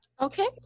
okay